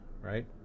right